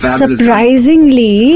surprisingly